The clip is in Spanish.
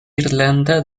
irlanda